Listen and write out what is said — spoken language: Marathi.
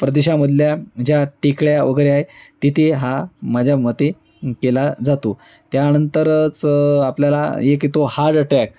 प्रदेशामधल्या ज्या टेकड्या वगैरे आहे तिथे हा माझ्या मते केला जातो त्यानंतरच आपल्याला एक येतो हार्ड टॅक